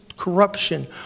corruption